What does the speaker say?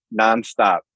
nonstop